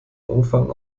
umfang